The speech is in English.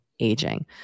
aging